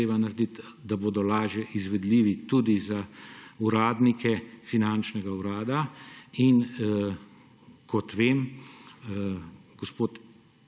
treba narediti takšne, da bodo lažje izvedljive tudi za uradnike finančnega urada. Kot vem, gospod